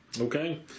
Okay